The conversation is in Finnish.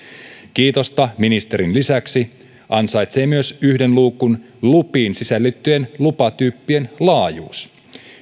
kiitosta ministerin lisäksi ansaitsee myös yhden luukun lupiin sisällytettyjen lupatyyppien laajuus